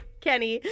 Kenny